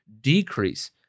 decrease